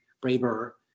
braver